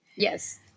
Yes